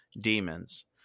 demons